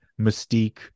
mystique